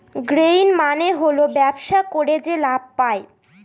gain মানে হল ব্যবসা করে যে লাভ পায়